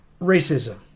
racism